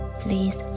please